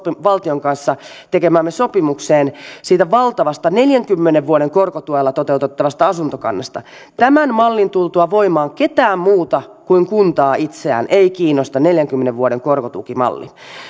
valtion kanssa tekemäämme sopimukseen siitä valtavasta neljänkymmenen vuoden korkotuella toteutettavasta asuntokannasta tämän mallin tultua voimaan ketään muuta kuin kuntaa itseään ei kiinnosta neljänkymmenen vuoden korkotukimalli